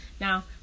now